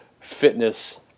fitness